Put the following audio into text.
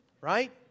right